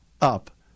up